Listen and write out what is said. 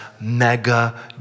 mega